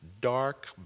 dark